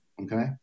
okay